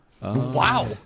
Wow